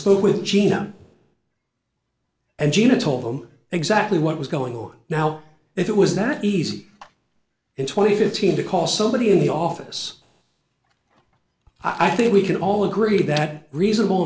spoke with gina and gina told them exactly what was going on now if it was that easy in twenty fifteen to call somebody in the office i think we can all agree that reasonable